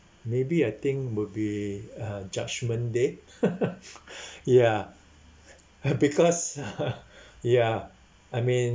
maybe I think would be uh judgment day ya because ya I mean